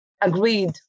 agreed